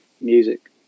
music